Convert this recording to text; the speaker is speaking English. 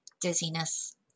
dizziness